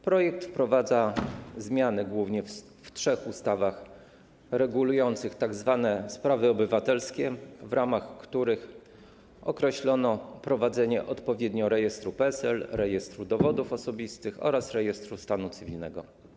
Projekt wprowadza zmiany głównie w trzech ustawach regulujących tzw. sprawy obywatelskie, w ramach których określono wprowadzenie odpowiednio rejestru PESEL, Rejestru Dowodów Osobistych oraz Rejestru Stanu Cywilnego.